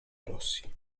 rosji